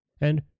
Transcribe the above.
and